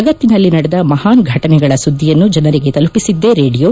ಜಗತ್ತಿನಲ್ಲಿ ನಡೆದ ಮಹಾನ್ ಫಟನೆಗಳ ಸುದ್ದಿಯನ್ನು ಜನರಿಗೆ ತಲುಪಿಸಿದ್ದೇ ರೇಡಿಯೋ